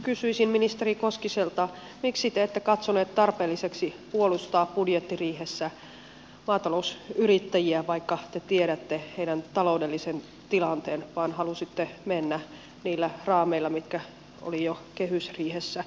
kysyisin ministeri koskiselta miksi te ette katsonut tarpeelliseksi puolustaa budjettiriihessä maatalousyrittäjiä vaikka te tiedätte heidän taloudellisen tilanteensa vaan halusitte mennä niillä raameilla mitkä oli jo kehysriihessä sovittu